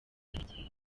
karegeya